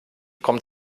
kommt